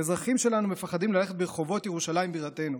"אזרחים שלנו מפחדים ללכת ברחובות ירושלים בירתנו.